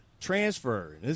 transfer